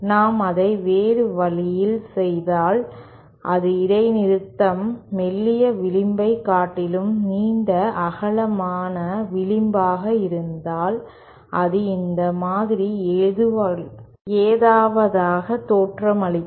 நாம் அதை வேறு வழியில் செய்தால் அது இடைநிறுத்தம் மெல்லிய விளிம்பைக் காட்டிலும் நீண்ட அகலமான விளிம்பாக இருந்தால் அது இந்த மாதிரி ஏதாவதாக தோற்றமளிக்கும்